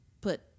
put